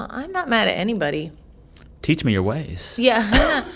i'm not mad at anybody teach me your ways yeah,